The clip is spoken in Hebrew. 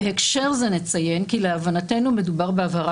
בהקשר זה נציין כי להבנתנו מדובר בהבהרה